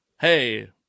hey